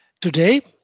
Today